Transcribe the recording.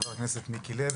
חבר הכנסת מיקי לוי,